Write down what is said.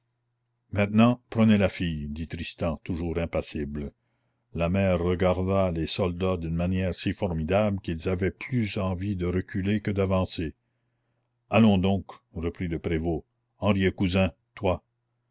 maintenant prenez la fille dit tristan toujours impassible la mère regarda les soldats d'une manière si formidable qu'ils avaient plus envie de reculer que d'avancer allons donc reprit le prévôt henriet cousin toi